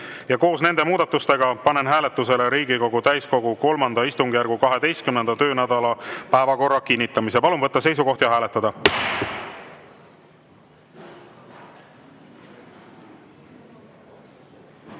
Koos nende muudatustega panen hääletusele Riigikogu täiskogu III istungjärgu 12. töönädala päevakorra kinnitamise. Palun võtta seisukoht ja hääletada!